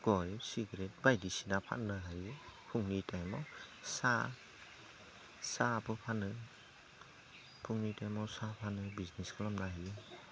गय सिगरेट बायदिसिना फाननो हायो फुंनि टाइमआव साहा साहाबो फानो फुंनि टाइमाव साहा फानना बिजनेस खालामनो हायो